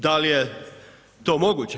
Da li je to moguće?